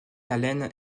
allen